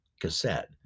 cassette